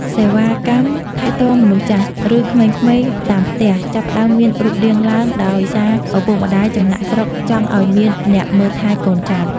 សេវាកម្ម "ថែទាំមនុស្សចាស់" ឬក្មេងៗតាមផ្ទះ ចាប់ផ្ដើមមានរូបរាងឡើង ដោយសារឪពុកម្ដាយចំណាកស្រុកចង់ឱ្យមានអ្នកមើលថែកូនចៅ។